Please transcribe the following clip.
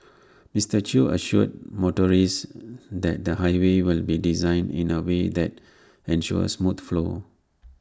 Mister chew assured motorists that the highway will be designed in A way that ensures smooth flow